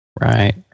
Right